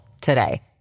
today